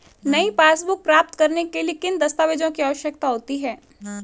नई पासबुक प्राप्त करने के लिए किन दस्तावेज़ों की आवश्यकता होती है?